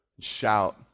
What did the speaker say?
shout